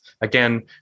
Again